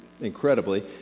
incredibly